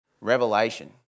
Revelation